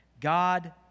God